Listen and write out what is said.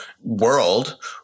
world